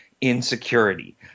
insecurity